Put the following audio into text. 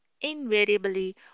Invariably